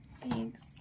Thanks